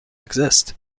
exist